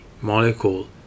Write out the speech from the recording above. molecule